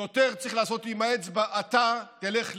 שוטר צריך לעשות עם האצבע: אתה תלך לכאן,